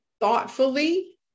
thoughtfully